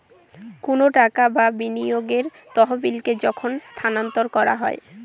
কোনো টাকা বা বিনিয়োগের তহবিলকে যখন স্থানান্তর করা হয়